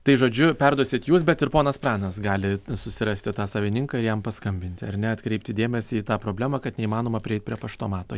tai žodžiu perduosit jūs bet ir ponas pranas gali susirasti tą savininką ir jam paskambinti ar net kreipti dėmesį į tą problemą kad neįmanoma prieit prie paštomato